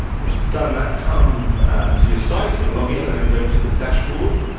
once you've done that, come to your site and login and then go to the dashboard